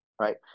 right